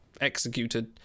executed